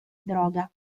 droga